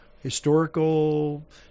Historical